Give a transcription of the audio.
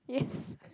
yes